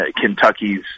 Kentucky's